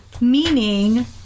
meaning